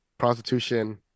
prostitution